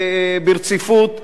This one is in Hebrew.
ברציפות.